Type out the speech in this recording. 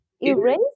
Erase